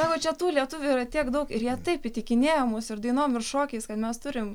sako čia tų lietuvių yra tiek daug ir jie taip įtikinėja mus ir dainom ir šokiais kad mes turim